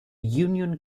union